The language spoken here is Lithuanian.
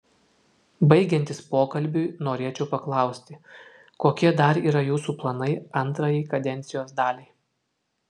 baigiantis pokalbiui norėčiau paklausti kokie dar yra jūsų planai antrajai kadencijos daliai